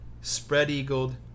spread-eagled